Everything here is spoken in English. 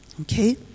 Okay